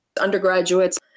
undergraduates